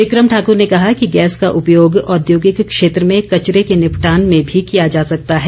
विक्रम ठाकर ने कहा कि गैस का उपयोग औद्योगिक क्षेत्र में कचरे के निपटान में भी किया जा सकता है